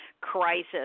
crisis